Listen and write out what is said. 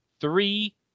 Three